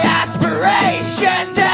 aspirations